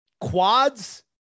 Quads